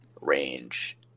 range